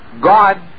God